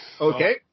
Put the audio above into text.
Okay